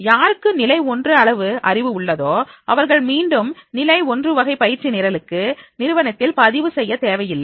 யாருக்கு நிலை 1 அளவு அறிவு உள்ளதோ அவர்கள் மீண்டும் நிலை ஒன்று வகை பயிற்சி நிரலுக்கு நிறுவனத்தில் பதிவு செய்ய தேவையில்லை